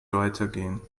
weitergehen